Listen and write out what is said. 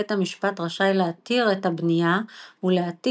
בית המשפט רשאי להתיר את הבנייה ולהטיל